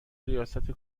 ریاست